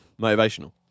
Motivational